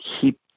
keep